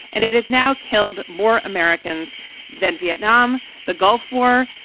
and it has now killed more americans than vietnam, the gulf war,